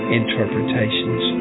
interpretations